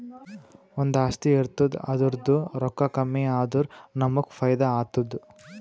ಒಂದು ಆಸ್ತಿ ಇರ್ತುದ್ ಅದುರ್ದೂ ರೊಕ್ಕಾ ಕಮ್ಮಿ ಆದುರ ನಮ್ಮೂಗ್ ಫೈದಾ ಆತ್ತುದ